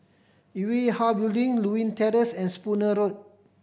Yue Hwa Building Lewin Terrace and Spooner Road